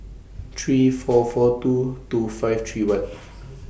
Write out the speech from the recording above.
three four four two two five three one